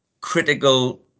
critical